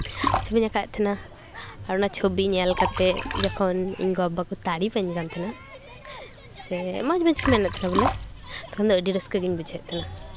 ᱪᱷᱚᱵᱤᱧ ᱟᱸᱠᱟᱣᱮᱜ ᱛᱟᱦᱮᱱᱟ ᱟᱨ ᱪᱷᱚᱵᱤ ᱧᱮᱞ ᱠᱟᱛᱮᱫ ᱤᱧ ᱜᱚᱼᱵᱟᱵᱟ ᱛᱟᱹᱨᱤᱯᱷ ᱟᱹᱧ ᱠᱟᱱ ᱛᱟᱦᱮᱱᱟ ᱥᱮ ᱢᱚᱡᱽ ᱜᱮᱠᱚ ᱢᱮᱱᱮᱫ ᱛᱟᱦᱮᱱ ᱵᱚᱞᱮ ᱛᱚᱠᱷᱚᱱ ᱫᱚ ᱟᱹᱰᱤ ᱨᱟᱹᱥᱠᱟᱹ ᱜᱮᱧ ᱵᱩᱡᱮᱜ ᱛᱟᱦᱮᱱᱟ